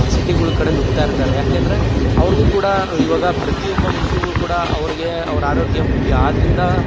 ಸಿಟಿಗಳ್ ಕಡೆ ನುಗ್ತಾಯಿರ್ತಾರೆ ಯಾಕೆಂದರೆ ಅವ್ರಿಗು ಕೂಡ ಇವಾಗ ಪ್ರತಿಯೊಬ್ಬ ಮನುಷ್ಯಂಗು ಕೂಡ ಅವ್ರಿಗೆ ಅವ್ರ ಆರೋಗ್ಯ ಮುಖ್ಯ ಆದ್ರಿಂದ